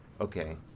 Okay